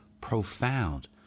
profound